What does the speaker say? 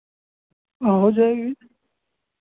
हाँ हो जाएगी